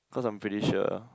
because I'm pretty sure